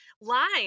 line